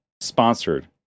sponsored